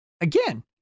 Again